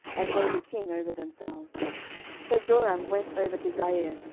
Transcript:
and made a king over themselves so joram went over to zair,